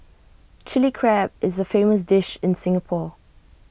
Chilli Crab is A famous dish in Singapore